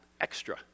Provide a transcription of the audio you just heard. extra